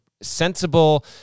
sensible